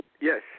Yes